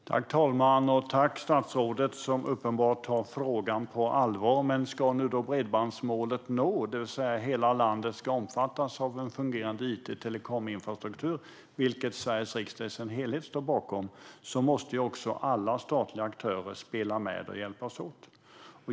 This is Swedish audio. Fru talman! Tack, statsrådet! Det är uppenbart att frågan tas på allvar. Men om bredbandsmålet ska nås, det vill säga att hela landet ska omfattas av fungerande it och telekominfrastruktur - vilket Sveriges riksdag i sin helhet står bakom - måste alla statliga aktörer spela med och hjälpas åt.